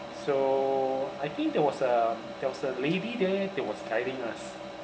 so I think there was a there was a lady there that was guiding us